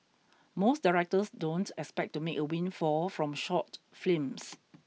most directors don't expect to make a windfall from short films